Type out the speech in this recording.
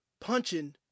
punching